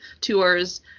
tours